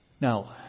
Now